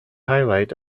highlight